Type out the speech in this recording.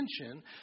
attention